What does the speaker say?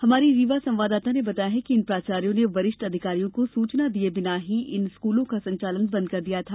हमारी रीवा संवाददाता ने खबर दी है कि इन प्राचार्यो ने वरिष्ठ अधिकारियों को सूचना दिये बिना ही इन स्कूलों का संचालन बंद कर दिया था